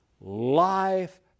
life